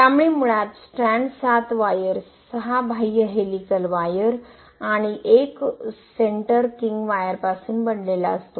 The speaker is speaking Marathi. त्यामुळे मुळात स्ट्रँड 7 वायर्स 6 बाह्य हेलिकल वायर आणि 1 सेंटर किंग वायरपासून बनलेला असतो